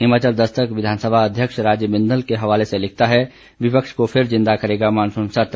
हिमाचल दस्तक विधानसभा अध्यक्ष राजीव बिंदल के हवाले से लिखता है विपक्ष को फिर जिंदा करेगा मॉनसून सत्र